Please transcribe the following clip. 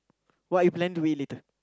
what you plan to eat later